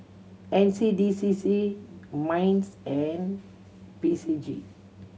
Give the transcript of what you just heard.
N C D C C MINDS and P C G